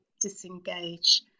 disengage